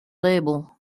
label